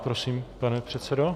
Prosím, pane předsedo.